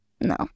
No